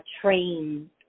train